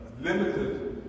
limited